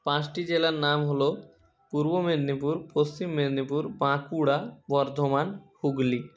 পাঁচটি জেলার নাম হলো পূর্ব মেদিনীপুর পশ্চিম মেদিনীপুর বাঁকুড়া বর্ধমান হুগলি